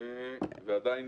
ועדיין,